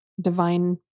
divine